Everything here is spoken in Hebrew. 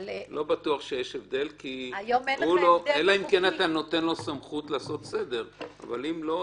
לא בטוח שיש הבדל אלא אם כן אתה נותן סמכות לעשות סדר אבל אם לא,